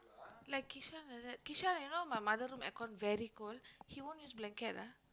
like Kishan like that Kishan you know my mother room aircon very cold he won't use blanket ah